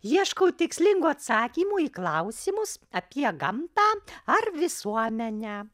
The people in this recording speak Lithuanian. ieškau tikslingų atsakymų į klausimus apie gamtą ar visuomenę